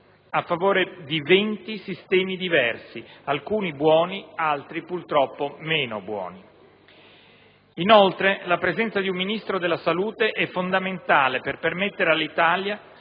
a favore di 20 sistemi diversi, alcuni buoni, altri purtroppo meno buoni. Inoltre, la presenza di un Ministro della salute è fondamentale per permettere all'Italia